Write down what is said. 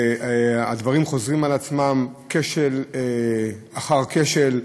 והדברים חוזרים על עצמם: כשל אחר כשל,